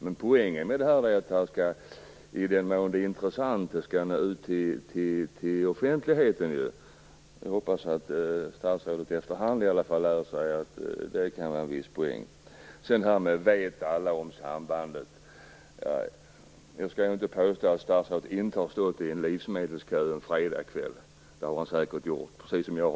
Men poängen med det här är ju att det, i den mån det är intressant, skall nå ut till offentligheten. Jag hoppas att statsrådet efter hand i alla fall lär sig att det kan vara en viss poäng. Sedan till det här att alla vet om sambandet. Jag skall inte påstå att jag tror att statsrådet inte har stått i en livsmedelskö en fredagskväll. Det har han säkert gjort, precis som jag.